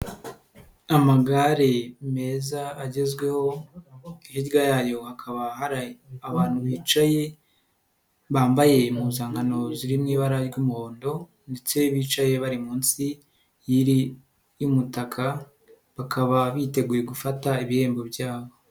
Amagare meza agezweho hirya yayo hakaba hari abantu bicaye bambaye impuzankano ziri mu ibara ry'umuhondo ndetse bicaye bari munsi y'iri y'umutaka bakaba biteguye gufata ibihembo byabo.